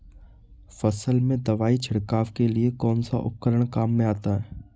फसल में दवाई छिड़काव के लिए कौनसा उपकरण काम में आता है?